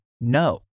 No